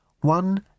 One